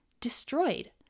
destroyed